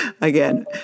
Again